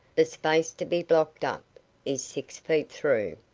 the space to be blocked up is six feet through.